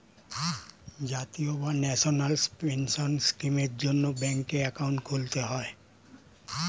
জাতীয় বা national pension স্কিমের জন্যে ব্যাঙ্কে অ্যাকাউন্ট খুলতে হয়